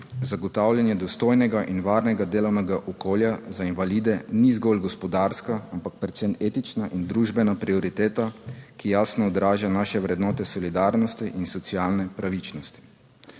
Zagotavljanje dostojnega in varnega delovnega okolja za invalide ni zgolj gospodarska, ampak predvsem etična in družbena prioriteta, ki jasno odraža naše vrednote solidarnosti in socialne pravičnosti.